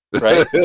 Right